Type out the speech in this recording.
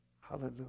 Hallelujah